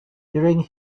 during